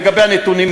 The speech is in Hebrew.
לגבי הנתונים,